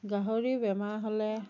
গাহৰি বেমাৰ হ'লে